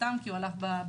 סתם כי הוא הלך ברחוב,